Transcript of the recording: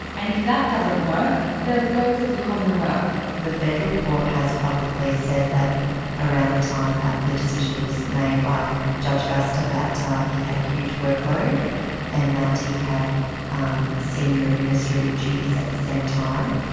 and if that doesn't work, they'll go for the commonwealth. the federal court has publicly said that around the time that the decision was made by judge vasta, that he had a huge workload and that he had um senior administrative duties at the same time,